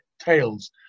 tales